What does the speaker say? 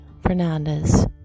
Fernandez